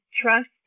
trust